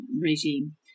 regime